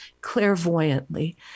clairvoyantly